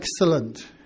excellent